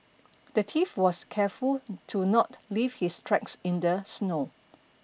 the thief was careful to not leave his tracks in the snow